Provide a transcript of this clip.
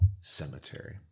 Cemetery